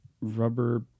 Rubber